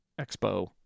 expo